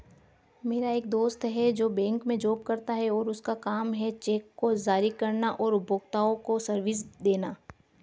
मेरा एक दोस्त है जो बैंक में जॉब करता है और उसका काम है चेक को जारी करना और उपभोक्ताओं को सर्विसेज देना